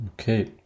Okay